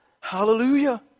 Hallelujah